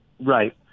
Right